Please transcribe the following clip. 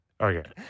Okay